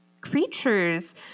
creatures